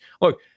Look